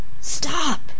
Stop